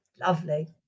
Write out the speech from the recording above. Lovely